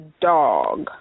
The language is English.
dog